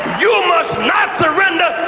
you must not surrender.